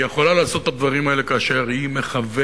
היא יכולה לעשות את הדברים האלה כאשר היא מכוונת.